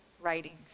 writings